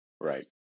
Right